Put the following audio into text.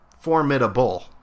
formidable